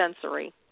sensory